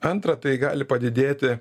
antra tai gali padidėti